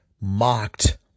mocked